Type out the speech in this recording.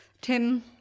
Tim